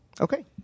Okay